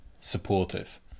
supportive